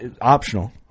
Optional